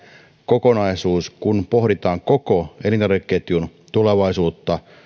kokonaisuus kun pohditaan koko elintarvikeketjun tulevaisuutta